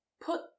Put